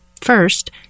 First